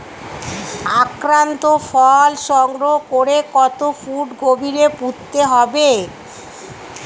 আক্রান্ত ফল সংগ্রহ করে কত ফুট গভীরে পুঁততে হবে?